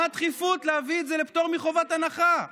מה הדחיפות להביא את זה בפטור מחובת הנחה?